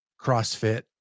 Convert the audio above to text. CrossFit